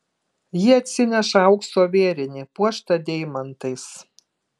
ji atsineša aukso vėrinį puoštą deimantais